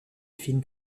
film